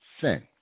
sin